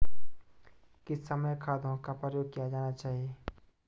किस समय खादों का प्रयोग किया जाना चाहिए?